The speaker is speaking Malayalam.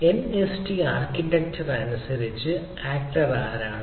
എൻഎസ്ടി ആർക്കിടെക്ചർ അനുസരിച്ച് ആക്ടർ ആരാണ്